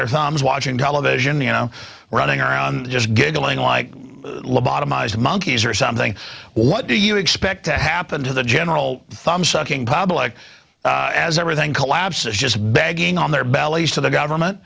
their thumbs watching television you know running around just giggling like lobotomized monkeys or something what do you expect to happen to the general thumb sucking public as everything collapses just begging on their bellies to the government